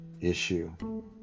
issue